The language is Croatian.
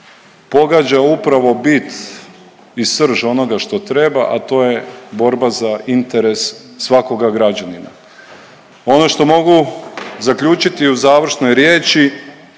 pogađa upravo bit i srž onoga što treba, a to je borba za interes svakoga građanina. Ono što mogu zaključiti u završnoj riječi